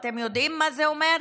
אתם יודעים מה זה אומר?